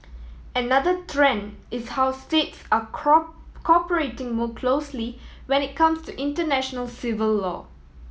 another trend is how states are cooperating more closely when it comes to international civil law